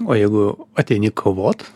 o jeigu ateini kovot